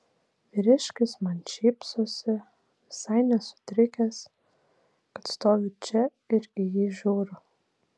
vyriškis man šypsosi visai nesutrikęs kad stoviu čia ir į jį žiūriu